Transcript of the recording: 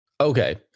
Okay